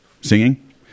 singing